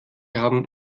haben